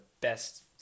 best